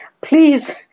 Please